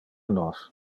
nos